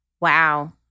Wow